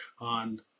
on